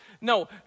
No